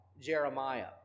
Jeremiah